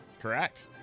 Correct